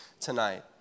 tonight